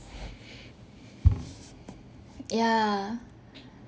yeah